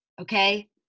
Okay